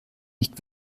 nicht